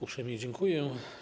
Uprzejmie dziękuję.